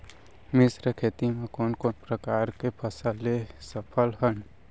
मिश्र खेती मा कोन कोन प्रकार के फसल ले सकत हन?